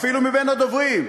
אפילו מבין הדוברים: